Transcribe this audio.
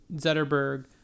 Zetterberg